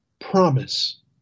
promise